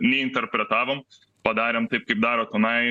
neinterpretavom padarėm taip kaip daro tenai